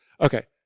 Okay